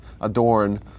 adorn